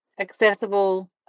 accessible